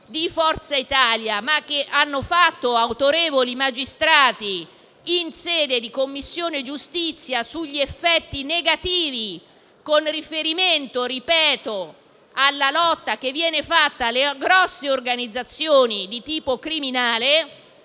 di Forza Italia, ma autorevoli magistrati in sede di Commissione giustizia sugli effetti negativi, con riferimento alla lotta alle grosse organizzazioni di tipo criminale,